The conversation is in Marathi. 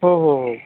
हो हो हो